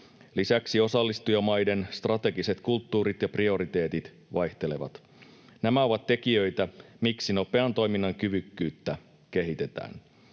Lisäksi osallistujamaiden strategiset kulttuurit ja prioriteetit vaihtelevat. Nämä ovat tekijöitä, miksi nopean toiminnan kyvykkyyttä kehitetään.